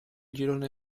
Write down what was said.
girone